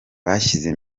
bashyize